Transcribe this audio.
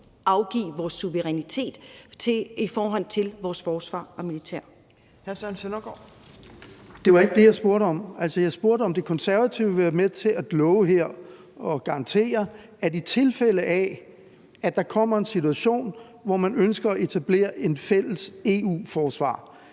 Hr. Søren Søndergaard. Kl. 13:03 Søren Søndergaard (EL): Det var ikke det, jeg spurgte om. Altså, jeg spurgte, om De Konservative vil være med til her at love og garantere, at i tilfælde af at der kommer en situation, hvor man ønsker at etablere et fælles EU-forsvar,